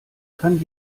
kann